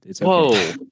Whoa